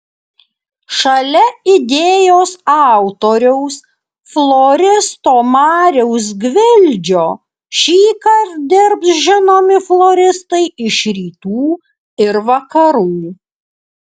šalia idėjos autoriaus floristo mariaus gvildžio šįkart dirbs žinomi floristai iš rytų ir vakarų